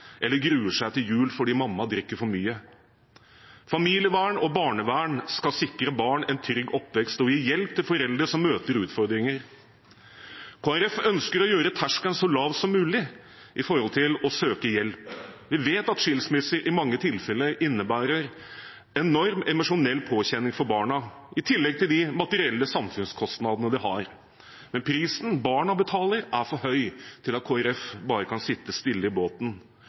eller barn som gruer seg til jul fordi mamma drikker for mye. Familievern og barnevern skal sikre barn en trygg oppvekst og gi hjelp til foreldre som møter utfordringer. Kristelig Folkeparti ønsker å gjøre terskelen for å søke hjelp så lav som mulig. Vi vet at skilsmisser i mange tilfeller innebærer enorm emosjonell påkjenning for barna, i tillegg til de materielle samfunnskostnadene det har. Men prisen barna betaler, er for høy til at Kristelig Folkeparti bare kan sitte stille i båten.